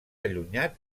allunyat